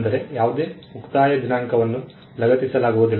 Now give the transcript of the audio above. ಅಂದರೆ ಯಾವುದೇ ಮುಕ್ತಾಯ ದಿನಾಂಕವನ್ನು ಲಗತ್ತಿಸಲಾಗುವುದಿಲ್ಲ